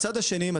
כל